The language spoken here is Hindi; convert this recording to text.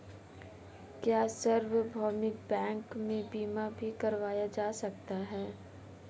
क्या सार्वभौमिक बैंक में बीमा भी करवाया जा सकता है?